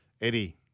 Eddie